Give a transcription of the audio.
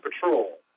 patrol